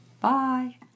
Bye